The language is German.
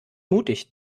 mutig